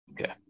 okay